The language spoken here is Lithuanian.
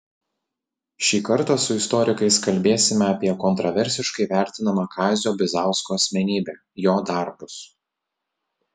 šį kartą su istorikais kalbėsime apie kontraversiškai vertinamą kazio bizausko asmenybę jo darbus